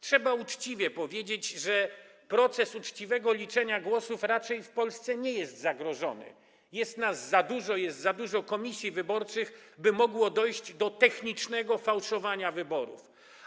Trzeba uczciwie powiedzieć, że proces uczciwego liczenia głosów w Polsce raczej nie jest zagrożony, jest nas za dużo, jest za dużo komisji wyborczych, by mogło dojść do technicznego fałszowania wyborów.